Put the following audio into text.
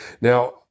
now